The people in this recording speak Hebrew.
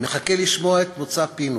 מחכה לשמוע את מוצא פינו